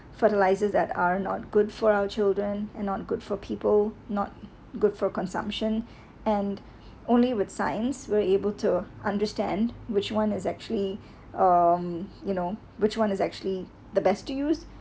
fertilizers that are not good for our children and not good for people not good for consumption and only with science we're able to understand which one is actually um you know which one is actually the best to use